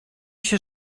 się